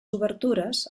obertures